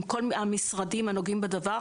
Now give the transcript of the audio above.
עם כל המשרדים הנוגעים בדבר